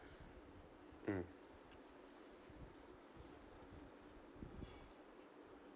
mm